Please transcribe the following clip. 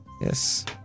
Yes